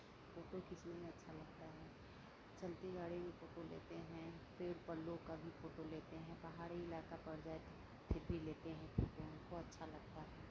photo खींचने में अच्छा लगता है चलती गाड़ी में फोटो लेते हैं पेड़ पल्लो का भी फोटो लेते हैं पहाड़ी इलाका पड़ जाये तो फिर भी लेते हैं फोटो हमको अच्छा लगता है